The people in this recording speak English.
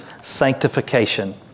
sanctification